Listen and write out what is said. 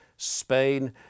Spain